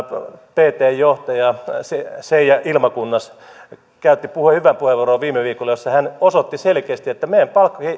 ptn johtaja seija ilmakunnas käytti viime viikolla hyvän puheenvuoron jossa hän osoitti selkeästi että meidän